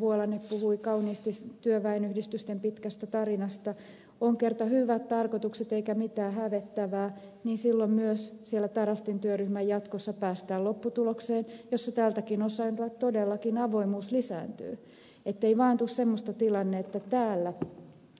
vuolanne puhui kauniisti työväenyhdistysten pitkästä tarinasta on kerta hyvät tarkoitukset eikä mitään hävettävää niin silloin myös siellä tarastin työryhmän jatkossa päästään lopputulokseen jossa tältäkin osin todellakin avoimuus lisääntyy ettei vain tule semmoista tilannetta että täällä